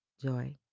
joy